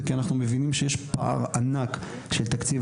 זה כי אנחנו מבינים שיש פער ענק של תקציב,